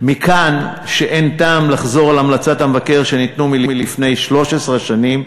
ומכאן שאין טעם לחזור על המלצות המבקר שניתנו לפני 13 שנים,